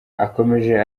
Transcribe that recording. akomeza